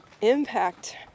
impact